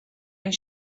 and